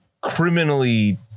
criminally